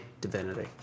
Divinity